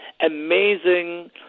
amazing